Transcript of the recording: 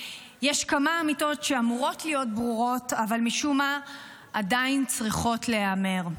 יש כמה אמיתות שאמורות להיות ברורות אבל משום מה עדיין צריכות להיאמר: